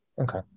Okay